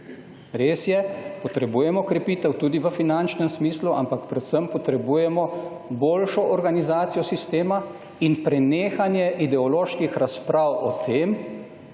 Res je, potrebujemo krepitev tudi v finančnem smislu, ampak predvsem potrebujemo boljšo organizacijo sistema in prenehanje ideoloških razprav o tem,